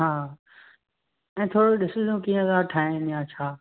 हा ऐं थोरो ॾिसिजो कीअं था ठाहिणु या छा